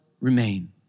remain